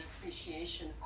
appreciation